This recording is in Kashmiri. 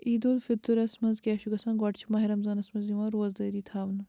عیدالفِطرس منٛز کیٛاہ چھُ گژھان گۄڈٕ چھِ ماہِ رمضانَس منٛز یِوان روزدٲری تھاونہٕ